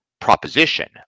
proposition